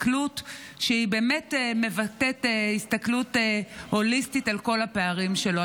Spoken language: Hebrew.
הסתכלות שבאמת מבטאת הסתכלות הוליסטית על כל הפערים שלו.